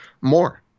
more